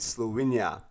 Slovenia